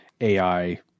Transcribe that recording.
AI